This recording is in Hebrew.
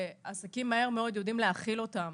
שהעסקים מהר מאוד יודעים להכיל אותם,